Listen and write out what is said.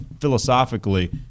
philosophically